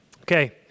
Okay